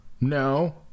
No